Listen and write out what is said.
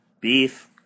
Beef